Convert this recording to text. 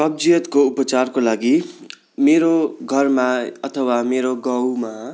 कब्जियतको उपचारको लागि मेरो घरमा अथवा मेरो गाउँमा